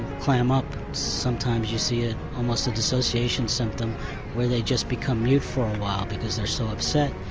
clam up. sometimes you see ah almost a disassociation symptom where they just become mute for a while because they're so upset.